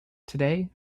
today